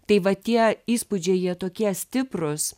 tai va tie įspūdžiai jie tokie stiprūs